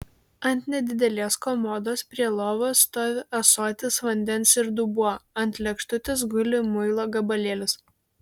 ant nedidelės komodos prie lovos stovi ąsotis vandens ir dubuo ant lėkštutės guli muilo gabalėlis